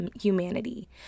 humanity